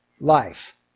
life